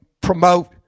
promote